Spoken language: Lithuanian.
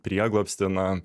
prieglobstį na